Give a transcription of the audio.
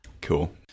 cool